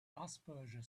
asperger